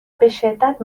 بشدت